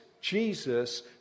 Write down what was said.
Jesus